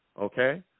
okay